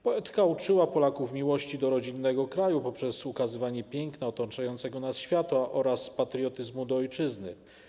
Poetka uczyła Polaków miłości do rodzinnego kraju poprzez ukazywanie piękna otaczającego nas świata oraz patriotyzmu, miłości do ojczyzny.